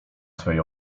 swej